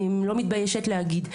אני לא מתביישת להגיד,